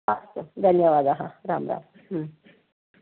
अस्तु धन्यवादः राम् राम्